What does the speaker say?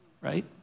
right